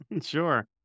Sure